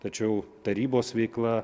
tačiau tarybos veikla